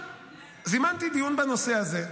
זימנתי דיון בנושא הזה.